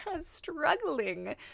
struggling